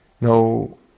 no